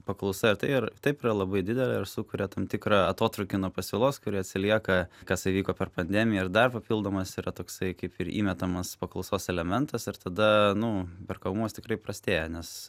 paklausa ir taip yra labai didelė ir sukuria tam tikrą atotrūkį nuo pasiūlos kuri atsilieka kas įvyko per pandemiją ir dar papildomas yra toksai kaip ir įmetamas paklausos elementas ir tada nu perkamumas tikrai prastėja nes